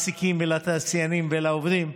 למעסיקים ולתעשיינים ולעובדים.